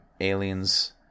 aliens